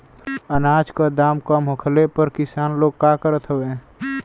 अनाज क दाम कम होखले पर किसान लोग का करत हवे?